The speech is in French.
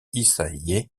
ysaÿe